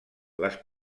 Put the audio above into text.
les